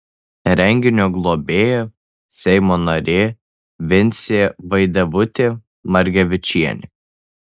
renginio globėja seimo narė vincė vaidevutė margevičienė